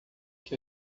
que